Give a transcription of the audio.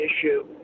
issue